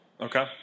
Okay